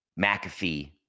mcafee